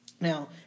now